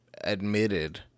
admitted